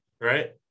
right